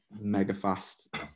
mega-fast